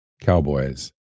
Cowboys